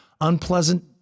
unpleasant